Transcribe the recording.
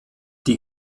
die